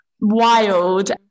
wild